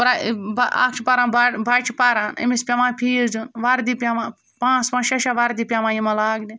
اَکھ چھِ پَران بہ بَچہِ پَران أمِس پٮ۪وان فیٖس دیُٚن وَردی پٮ۪وان پانٛژھ پانٛژھ شےٚ شےٚ وَردی پٮ۪وان یِمَن لاگنہِ